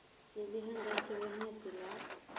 जे जेहन रहै छै ओहने सिलाइ